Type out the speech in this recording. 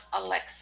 Alexa